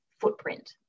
footprint